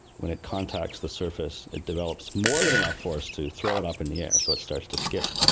when it contacts the surface it develops more than enough force to throw it up in the air, so it starts to skip.